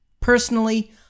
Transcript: Personally